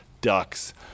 ducks